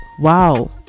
wow